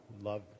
Love